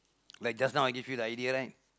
like just now I give you the idea right